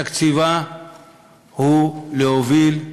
תפקידה הוא להוביל,